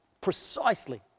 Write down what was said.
precisely